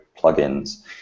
plugins